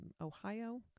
Ohio